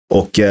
och